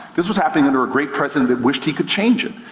this was happening under a great president that wished he could change it.